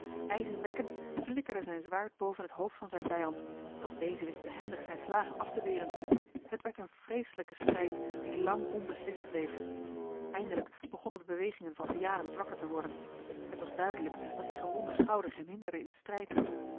ijzingwekkend flikkerde zijn zwaard boven het hoofd van zijn vijand doch deze wist behendig zijne slagen af te weren t werd een vreeselijke strijd die lang onbeslist bleef eindelijk begonnen de bewegingen van vianen zwakker te worden het was duidelijk dat zijn gewonde schouder hem hinderde in den strijd